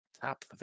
top